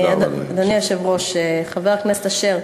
אדוני היושב-ראש, חבר הכנסת אשר,